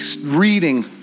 reading